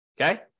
Okay